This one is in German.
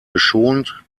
geschont